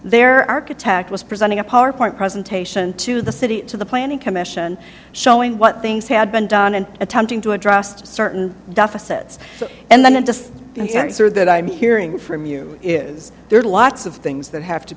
their architect was presenting a powerpoint presentation to the city to the planning commission showing what things had been done and attempting to address certain deficit's and then it just sort of that i'm hearing from you is there are lots of things that have to